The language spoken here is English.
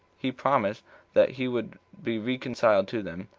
he promised that he would be reconciled to them,